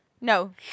No